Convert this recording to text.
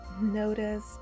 Notice